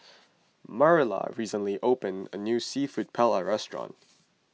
Marilla recently opened a new Seafood Paella restaurant